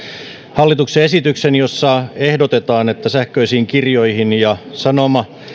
hallituksen esityksen jossa ehdotetaan että sähköisiin kirjoihin ja sanoma